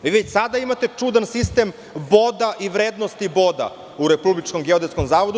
Već sada imate čudan sistem boda i vrednosti boda u Republičkom geodetskom zavodu.